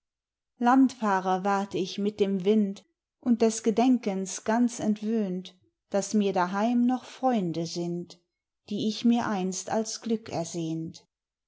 landfahrer ward ich mit dem wind und des gedenkens ganz entwöhnt daß mir daheim noch freunde sind die ich mir einst als glück ersehnt